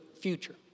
future